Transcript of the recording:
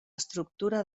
estructura